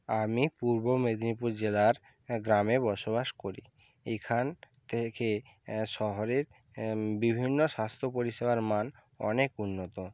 আমি পূর্ব মেদিনীপুর জেলার হ্যাঁ গ্রামে বসবাস করি এইখান থেকে শহরের বিভিন্ন স্বাস্থ্য পরিষেবার মান অনেক উন্নত